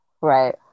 right